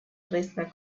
dresdner